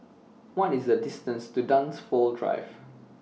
What IS The distance to Dunsfold Drive